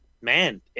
man